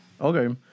Okay